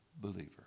believer